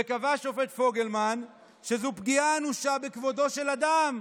וקבע השופט פוגלמן שזו פגיעה אנושה בכבודו של אדם,